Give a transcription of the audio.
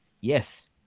Yes